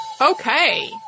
Okay